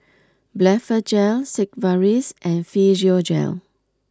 Blephagel Sigvaris and Physiogel